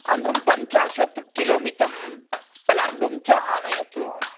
अनन्रं पञ्चाशत् किलो मितं पलाण्डुं च आनयतु